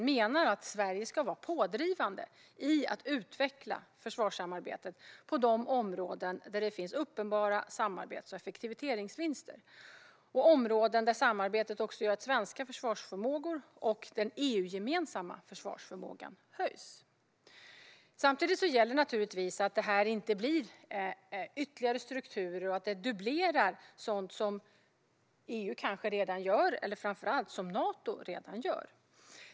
Vi menar att Sverige ska vara pådrivande i att utveckla försvarssamarbetet på de områden där det finns uppenbara samarbets och effektiviseringsvinster och där samarbetet gör att svenska försvarsförmågor och den EU-gemensamma försvarsförmågan höjs. Samtidigt gäller det att det inte blir ytterligare strukturer och att man dubblerar sådant som EU eller kanske framför allt Nato redan gör.